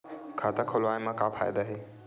खाता खोलवाए मा का फायदा हे